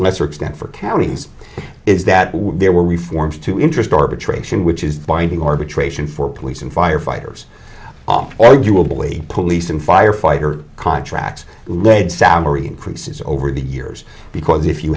lesser extent for counties is that there were reforms to interest arbitration which is binding arbitration for police and firefighters off or you will believe police and fire fighter contracts lead salary increases over the years because if you